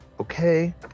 Okay